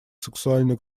сексуальной